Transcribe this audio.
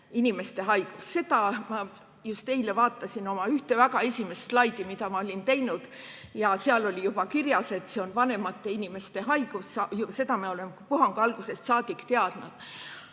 inimeste haigus. Ma just eile vaatasin oma ühte esimestest slaididest, mis ma olin teinud, ja seal oli juba kirjas, et see on vanemate inimeste haigus. Seda me oleme puhangu algusest saadik teadnud.